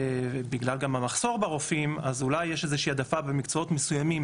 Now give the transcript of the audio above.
בגלל גם המחסור ברופאים אז אולי יש איזושהי העדפה במקצועות מסוימים,